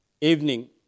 evening